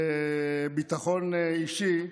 בביטחון אישי,